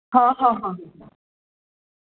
हं हं हं हं हं